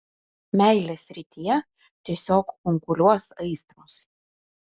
meilės srityje tiesiog kunkuliuos aistros